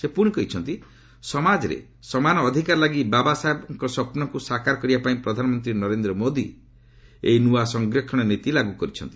ସେ ପୁଣି କହିଛନ୍ତି ସମାଜରେ ସମାନ ଅଧିକାର ଲାଗି ବାବାସାହେବଙ୍କ ସ୍ୱପ୍ନକୁ ସାକାର କରିବା ପାଇଁ ପ୍ରଧାନମନ୍ତ୍ରୀ ନରେନ୍ଦ୍ର ମୋଦି ଏହି ନୂତନ ସଂରକ୍ଷଣ ନୀତି ଲାଗୁ କରିଛନ୍ତି